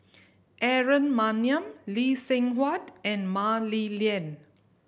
Aaron Maniam Lee Seng Huat and Mah Li Lian